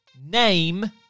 name